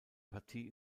partie